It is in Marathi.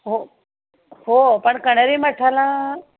हो हो पण कन्हेरी मठाला